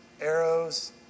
arrows